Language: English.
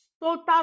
total